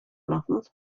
nothing